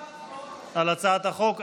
להצבעה על הצעת החוק.